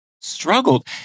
struggled